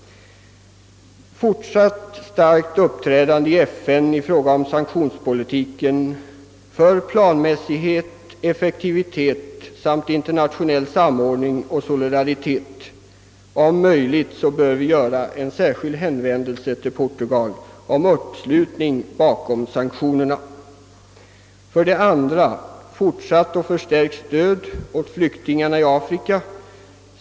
Fortsatt starkt uppträdande i FN i fråga om sanktionspolitiken för planmässighet, effektivitet samt internationell samordning och solidaritet. Om möjligt bör vi göra en särskild hänvändelse till Portugal om uppslutning bakom sanktionerna. 2. Fortsatt och förstärkt stöd åt flyktingarna i Afrika.